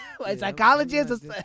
Psychologist